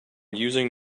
using